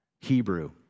Hebrew